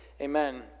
Amen